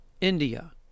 India